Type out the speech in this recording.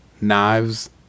knives